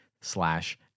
slash